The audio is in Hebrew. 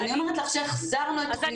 אז אני אומרת לך שהחזרנו אותה.